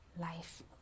life